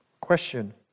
question